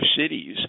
cities